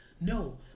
No